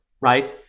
right